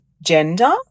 gender